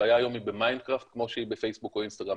הבעיה היום היא במיינדקראפט כמו שהיא בפייסבוק או אינסטגרם,